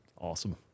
Awesome